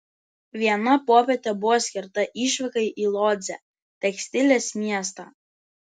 viena popietė buvo skirta išvykai į lodzę tekstilės miestą